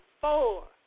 four